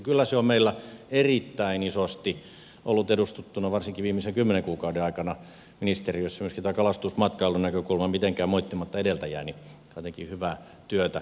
kyllä se on meillä erittäin isosti ollut edustettuna varsinkin viimeisten kymmenen kuukauden aikana ministeriössä myöskin kalastusmatkailun näkökulma mitenkään moittimatta edeltäjääni joka teki hyvää työtä